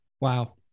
Wow